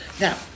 Now